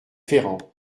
ferrand